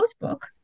notebook